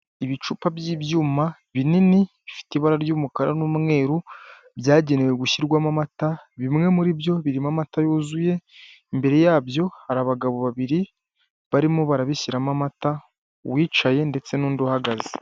Ibicupa by'ibyuma binini bifite ibara ry'umukara n'umweru byagenewe gushyirwamo amata bimwe muri byo birimo amata yuzuye, imbere yabyo hari abagabo babiri barimo barabishyiramo amata uwicaye ndetse n'undi uhagaze.